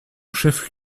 chef